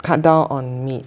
cut down on meat